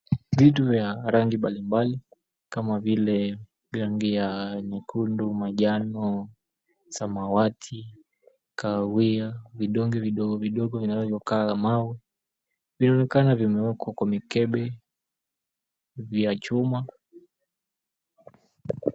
Vitu vya rangi mbalimbali, nyekundu, manjano, samawati, kahawia, vidonge vidogo vidogo kama limau vinaonekana vimewekwa kwa mikebe ya chuma.